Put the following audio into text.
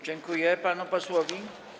Dziękuję panu posłowi.